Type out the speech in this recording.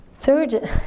Third